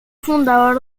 fundador